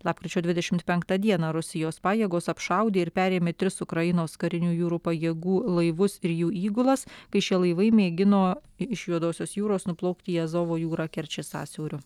lapkričio dvidešimt penktą dieną rusijos pajėgos apšaudė ir perėmė tris ukrainos karinių jūrų pajėgų laivus ir jų įgulas kai šie laivai mėgino iš juodosios jūros nuplaukti į azovo jūrą kerčės sąsiauriu